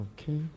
Okay